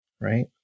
Right